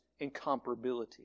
incomparability